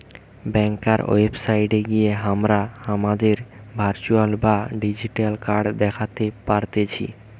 ব্যাংকার website গিয়ে হামরা হামাদের ভার্চুয়াল বা ডিজিটাল কার্ড দ্যাখতে পারতেছি